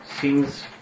seems